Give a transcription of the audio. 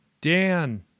dan